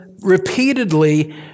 repeatedly